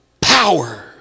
Power